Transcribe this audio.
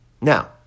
Now